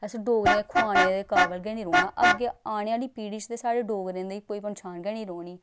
असें डोगरें खुआने दे काबल गै निं रौह्ना अग्गें आने आह्ली पीढ़ी च ते साढ़े डोगरें दी कोई पंछान गै निं रौह्नी